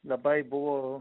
labai buvo